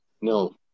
No